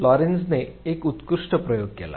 लॉरेन्झने एक उत्कृष्ट प्रयोग केला